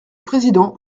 président